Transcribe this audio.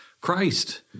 Christ